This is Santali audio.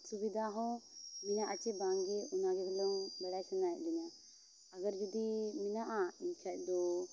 ᱥᱩᱵᱤᱫᱷᱟ ᱦᱚᱸ ᱢᱮᱱᱟᱜᱼᱟ ᱪᱮ ᱵᱟᱝᱜᱮ ᱚᱱᱟᱜᱮ ᱦᱩᱞᱟᱹᱝ ᱵᱟᱲᱟᱭ ᱥᱟᱱᱟᱭᱮᱫ ᱞᱤᱧᱟᱹ ᱟᱜᱟᱨ ᱡᱩᱫᱤ ᱢᱮᱱᱟᱜᱼᱟ ᱮᱱᱠᱷᱟᱡ ᱫᱚ